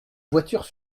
voitures